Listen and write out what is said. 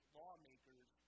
lawmakers